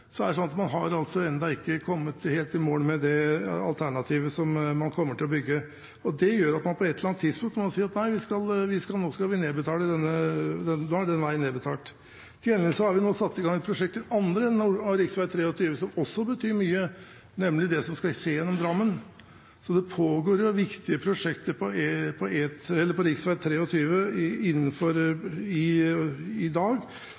man skulle gjøre – ennå ikke har kommet helt i mål med det alternativet som man kommer til å bygge. Det gjør at man på et eller annet tidspunkt må si: Nå er denne veien nedbetalt. Til gjengjeld har vi nå satt i gang et prosjekt i den andre enden av rv. 23, som også betyr mye, nemlig det som skal skje gjennom Drammen. Så det pågår viktige prosjekter på rv. 23 i dag, og man viderefører prosjektet i den andre enden. Jeg påpekte i mitt innlegg at når det har vært tre dødsulykker på rv. 23 hittil i